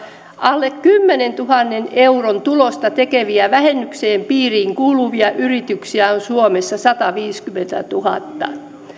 alle kymmenentuhannen euron tulosta tekeviä vähennyksen piiriin kuuluvia yrityksiä on suomessa sataviisikymmentätuhatta